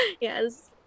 Yes